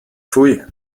pfui